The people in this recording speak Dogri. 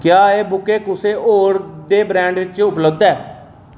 क्या एह् बूके कुसै होर दे ब्रैंड बिच उपलब्ध ऐ